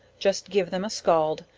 just give them a scald,